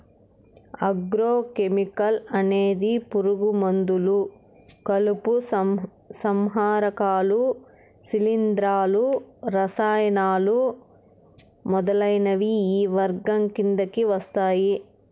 agro chemical అనేది పురుగు మందులు, కలుపు సంహారకాలు, శిలీంధ్రాలు, రసాయనాలు మొదలైనవి ఈ వర్గం కిందకి వస్తాయి